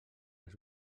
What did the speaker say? les